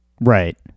Right